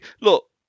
look